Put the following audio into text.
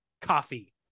coffee